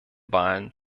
wahlen